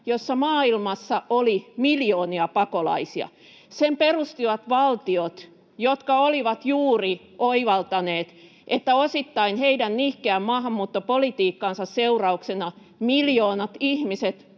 jossa maailmassa oli miljoonia pakolaisia. Sen perustivat valtiot, jotka olivat juuri oivaltaneet, että osittain heidän nihkeän maahanmuuttopolitiikkansa seurauksena miljoonat ihmiset